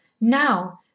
Now—